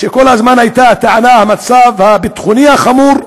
כל הזמן הייתה הטענה: המצב הביטחוני החמור.